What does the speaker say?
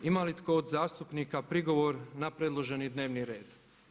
Ima li tko od zastupnika prigovor na predloženi dnevni red?